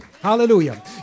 Hallelujah